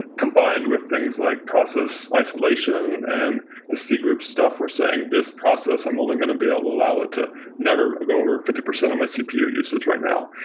combined with things like process isolation and the c-group stuff were saying, this process, i'm only going to be able to allow it to never go over fifty percent of my cpu usage right now.